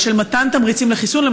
אבל של מתן תמריצים לחיסון.